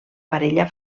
parella